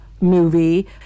movie